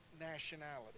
nationality